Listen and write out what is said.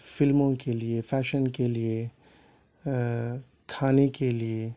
فلموں کے لیے فیشن کے لیے کھانے کے لیے